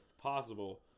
possible